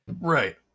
right